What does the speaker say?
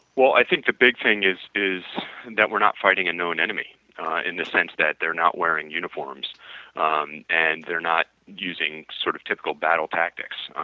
well i think the big thing is is and that we're not fighting a known enemy in the sense that they're not wearing uniforms um and they're not using sort of typical battle tactics.